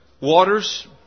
Waters